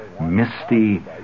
misty